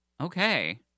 Okay